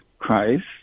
christ